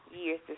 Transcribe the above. Years